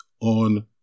on